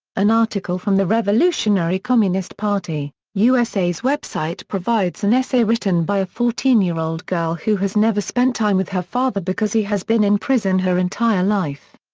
an article from the revolutionary communist party, usa's website provides an essay written by a fourteen fourteen year old girl who has never spent time with her father because he has been in prison her entire life.